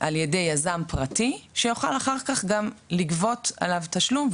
על ידי יזם פרטי שיוכל אחר כך גם לגבות עליו תשלום,